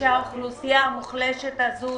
שהאוכלוסייה המוחלשת הזאת,